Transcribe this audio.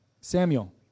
Samuel